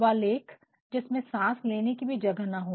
वह लेख जिसमे सांस लेने की भी जगह ना हो